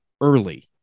early